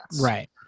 Right